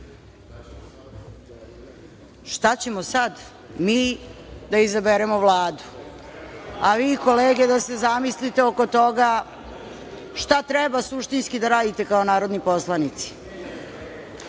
ćemo sad? Mi da izaberemo Vladu, a vi kolege da se zamislite oko toga šta treba suštinski da radite kao narodni poslanici.